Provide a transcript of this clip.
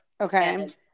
Okay